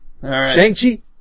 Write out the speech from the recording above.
Shang-Chi